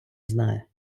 знає